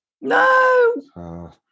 No